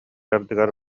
ардыгар